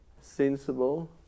sensible